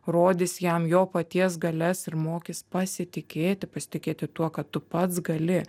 rodys jam jo paties galias ir mokytis pasitikėti pasitikėti tuo kad tu pats gali